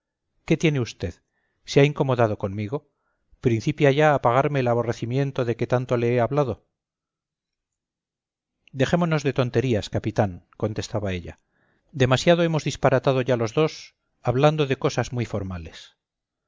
qué tiene usted se ha incomodado conmigo principia ya a pagarme el aborrecimiento de que tanto le he hablado dejémonos de tonterías capitán contestaba ella demasiado hemos disparatado ya los dos hablando de cosas muy formales